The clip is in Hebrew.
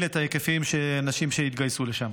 את ההיקפים של האנשים שיתגייסו לשם.